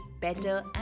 better